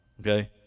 Okay